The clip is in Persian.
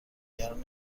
نگران